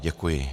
Děkuji.